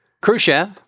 Khrushchev